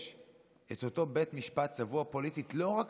את אותו בית משפט צבוע פוליטית לא רק